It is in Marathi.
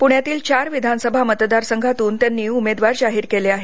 पुण्यातील चार विधानसभा मतदार संघातून त्यांनी उमेदवार जाहीर केले आहेत